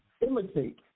imitate